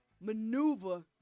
maneuver